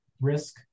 risk